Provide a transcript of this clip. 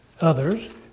others